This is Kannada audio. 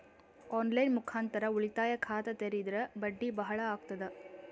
ಆನ್ ಲೈನ್ ಮುಖಾಂತರ ಉಳಿತಾಯ ಖಾತ ತೇರಿದ್ರ ಬಡ್ಡಿ ಬಹಳ ಅಗತದ?